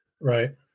Right